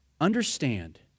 Understand